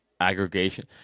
aggregation